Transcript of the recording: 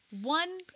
One